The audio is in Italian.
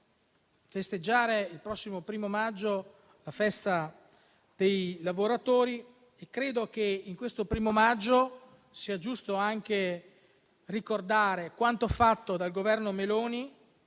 festeggiare, il prossimo 1° maggio, la festa dei lavoratori. Credo che in questo 1° maggio sia giusto anche ricordare quanto fatto dal Governo Meloni